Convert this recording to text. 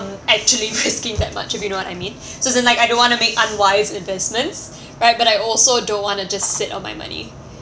actually risking that much if you know what I mean so then like I don't wanna make unwise investments right but I also don't want to just sit on my money